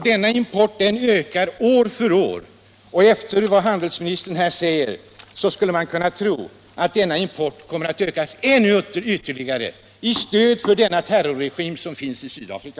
Denna import ökar år för år, och efter vad handelministern här säger skulle man kunna tro att den kommer att öka än mer, till stöd för terrorregimen i Sydkorea.